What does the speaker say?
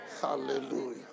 Hallelujah